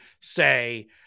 say